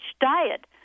diet